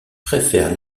préfèrent